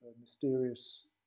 mysterious